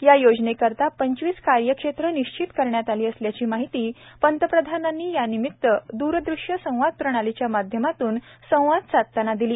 या योजनेकरता पंचवीस कार्यक्षेत्रं निश्चित करण्यात आली असल्याची माहिती पंतप्रधानांनी यानिमित दूरदृष्य संवाद प्रणालीच्या माध्यमातून संवाद साधताना दिली